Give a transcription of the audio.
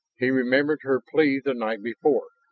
he remembered her plea the night before,